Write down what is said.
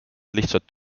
lihtsalt